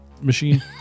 machine